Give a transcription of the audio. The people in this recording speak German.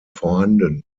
vorhanden